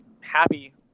happy